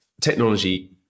technology